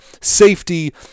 safety